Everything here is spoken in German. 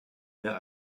mir